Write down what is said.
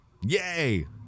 Yay